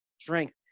strength